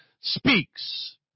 speaks